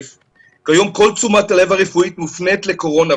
כיום, כל תשומת הלב הרפואית מופנית לקורונה.